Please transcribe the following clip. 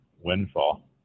windfall